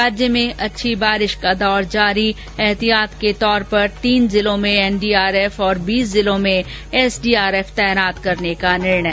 राज्य में अच्छी बारिश का दौर जारी एहतियात के तौर पर तीन जिलों में एनडीआरएफ तथा बीस जिलों में एसडीआरएफ तैनात करने का निर्णय